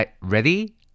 ready